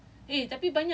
that's a long time